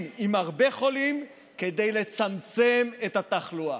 עם הרבה חולים כדי לצמצם את התחלואה.